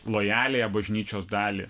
lojaliąją bažnyčios dalį